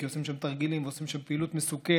כי עושים שם תרגילים ועושים שם פעילות מסוכנת.